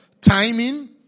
Timing